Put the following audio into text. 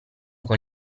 con